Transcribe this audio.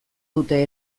dute